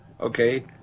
Okay